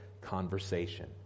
conversation